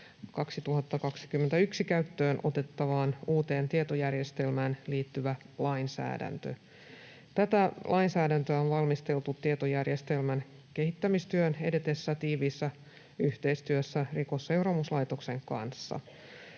2021 käyttöön otettavaan uuteen tietojärjestelmään liittyvä lainsäädäntö. Tätä lainsäädäntöä on valmisteltu tietojärjestelmän kehittämistyön edetessä tiiviissä yhteistyössä Rikosseuraamuslaitoksen kanssa.